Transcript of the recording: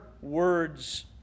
words